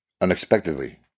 unexpectedly